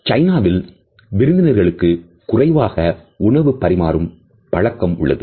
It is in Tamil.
சைனாவில் விருந்தினர்களுக்கு குறைவாக உணவு பரிமாறும் பழக்கம் உள்ளது